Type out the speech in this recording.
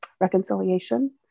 reconciliation